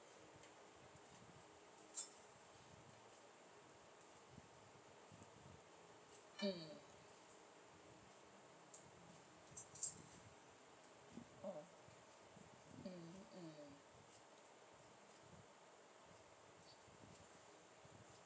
mm mm mm